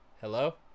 Hello